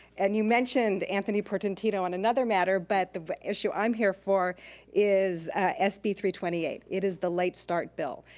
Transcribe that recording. and you mentioned anthony portantino on another matter, but the issue i'm here for is s b three twenty eight, it is the late start bill.